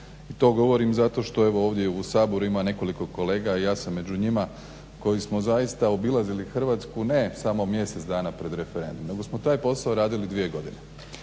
to govorim zato što evo ovdje u Saboru ima nekoliko kolega, a i ja sam među njima koji smo zaista obilazili Hrvatsku ne samo mjesec dana pred referendum, nego smo taj posao radili dvije godine.